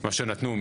מה שנתנו,